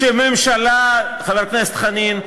חבר הכנסת חנין,